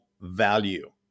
value